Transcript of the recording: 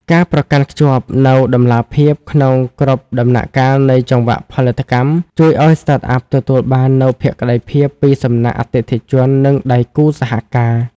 ការប្រកាន់ខ្ជាប់នូវតម្លាភាពក្នុងគ្រប់ដំណាក់កាលនៃចង្វាក់ផលិតកម្ម ជួយឱ្យ Startup ទទួលបាននូវភក្តីភាពពីសំណាក់អតិថិជន និងដៃគូសហការ។